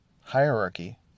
hierarchy